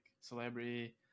celebrity